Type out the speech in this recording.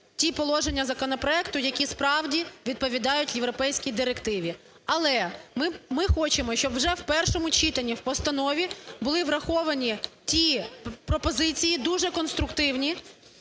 ті положення законопроекту, які справді відповідають європейській директиві. Але, ми хочемо, щоб вже в першому читанні в постанові були враховані ті пропозиції дуже конструктивні,